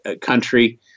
country